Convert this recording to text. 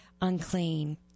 unclean